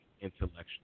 Intellectual